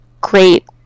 Great